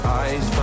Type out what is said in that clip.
eyes